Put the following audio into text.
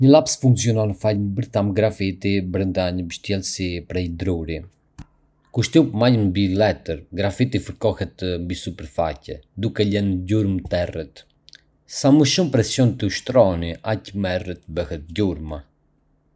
Një laps funksionon falë një bërthame grafiti brenda një mbështjellësi prej druri. Kur shtyp majën mbi letër, grafiti fërkohet mbi sipërfaqe, duke lënë një gjurmë të errët. Sa më shumë presion të ushtroni, aq më e errët bëhet gjurma.